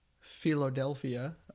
Philadelphia